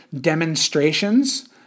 demonstrations